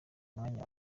mwanya